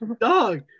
dog